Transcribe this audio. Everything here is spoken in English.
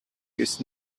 his